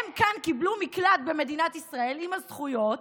הם קיבלו מקלט כאן במדינת ישראל, עם הזכויות,